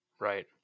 Right